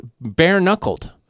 bare-knuckled